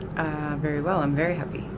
very well, i'm very happy.